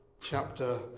chapter